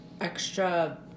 extra